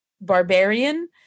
barbarian